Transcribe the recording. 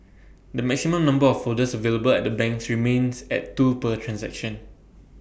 the maximum number of folders available at the banks remains at two per transaction